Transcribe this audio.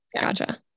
gotcha